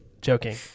Joking